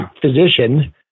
physician